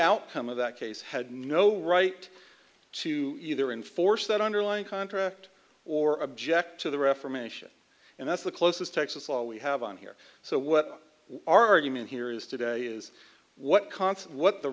outcome of that case had no right to either enforce that underlying contract or object to the reformation and that's the closest texas law we have on here so what are you mean here is today is what